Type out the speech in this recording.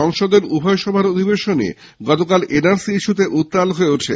সংসদের উভয় সভার অধিবেশনই গতকাল এন আর সি ইস্যুতে উত্তাল হয়ে ওঠে